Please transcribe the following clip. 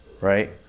Right